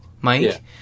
Mike